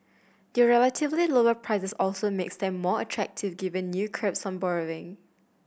their relatively lower price also makes them more attractive given new curbs on borrowing